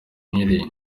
nk’iriya